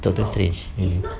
doctor strange mm